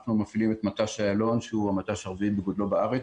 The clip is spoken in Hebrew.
אנחנו מפעילים את מט"ש אילון שהוא המט"ש הרביעי בגודלו בארץ.